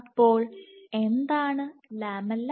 അപ്പോൾ എന്താണ് ലാമെല്ല